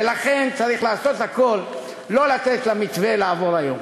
ולכן צריך לעשות הכול כדי לא לתת למתווה לעבור היום.